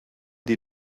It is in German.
die